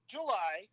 July